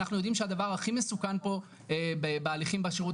אנחנו יודעים שהדבר הכי מסוכן פה בהליכים בשירות